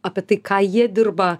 apie tai ką jie dirba